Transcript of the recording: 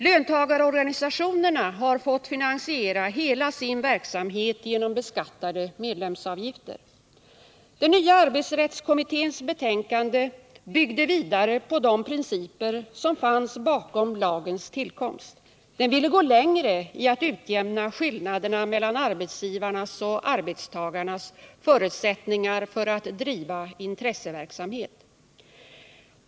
Löntagarorganisationerna har fått finansiera hela sin verksamhet genom beskattade medlemsavgifter. Nya arbetsrättskommitténs betänkande byggde vidare på de principer som fanns bakom lagens tillkomst. Det ville gå längre i att jämna ut skillnaderna mellan arbetsgivarnas och arbetstagarnas förutsättningar att driva intresseverksamhet.